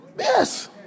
Yes